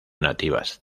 nativas